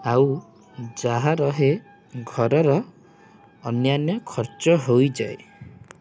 ଆଉ ଯାହା ରହେ ଘରର ଅନ୍ୟାନ୍ୟ ଖର୍ଚ୍ଚ ହୋଇଯାଏ